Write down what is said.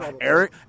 Eric